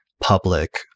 Public